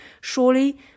surely